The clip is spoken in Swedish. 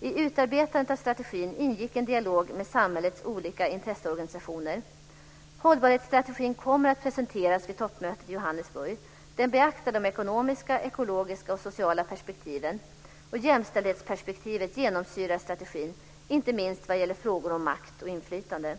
I utarbetandet av strategin ingick en dialog med samhällets olika intresseorganisationer. Hållbarhetsstrategin kommer att presenteras vid toppmötet i Johannesburg. Den beaktar de ekonomiska, ekologiska och sociala perspektiven. Jämställdhetsperspektivet genomsyrar strategin, inte minst vad gäller frågor om makt och inflytande.